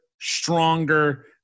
stronger